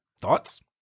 Thoughts